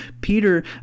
Peter